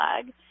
flag